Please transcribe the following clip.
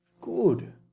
good